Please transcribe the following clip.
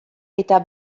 eta